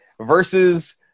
versus